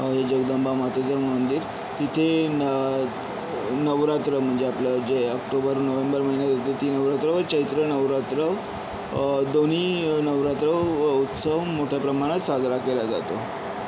जगदंबा मातेचं मंदिर तिथे न नवरात्र म्हणजे आपलं जे ऑक्टोबर नोव्हेंबर महिन्यात येते ती नवरात्र व चैत्र नवरात्र दोन्ही नवरात्र उत्सव मोठ्या प्रमाणात साजरा केला जातो